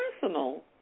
personal